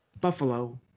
Buffalo